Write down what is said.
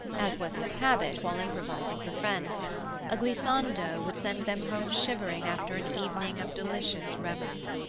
as was his habit while improvising for friends a glissando would send them home shivering after an evening of delicious reverie.